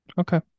Okay